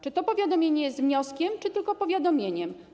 Czy to powiadomienie jest wnioskiem, czy tylko powiadomieniem?